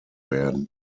werden